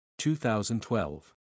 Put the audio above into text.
2012